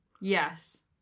Yes